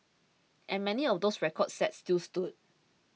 and many of those records set still stood